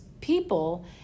people